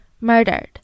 murdered